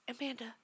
Amanda